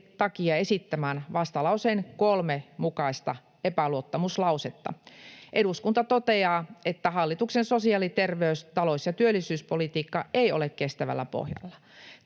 takia esittämään vastalauseen 3 mukaista epäluottamuslausetta: ”Eduskunta toteaa, että hallituksen sosiaali-, terveys-, talous- ja työllisyyspolitiikka ei ole kestävällä pohjalla.